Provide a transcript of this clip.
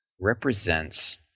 represents